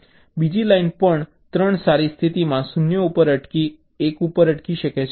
બીજી લાઇન પણ 3 સારી સ્થિતિમાં 0 ઉપર અટકી 1 ઉપર અટકી શકે છે